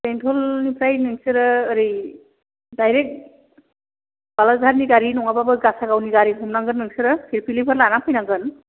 बेंथलनिफ्राय नोंसोरो ओरै दाइरेक्ट बालाजाहारनि गारि नङाबाबो गासागावनि गारि हमनांगोन नोंसोरो फिरफिलिफोर लाना फैनांगोन